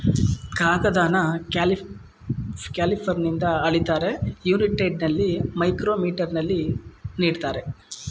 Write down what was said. ಕಾಗದನ ಕ್ಯಾಲಿಪರ್ನಿಂದ ಅಳಿತಾರೆ, ಯುನೈಟೆಡಲ್ಲಿ ಮೈಕ್ರೋಮೀಟರಲ್ಲಿ ನೀಡ್ತಾರೆ